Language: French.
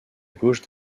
gauche